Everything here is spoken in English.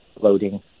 Loading